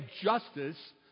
justice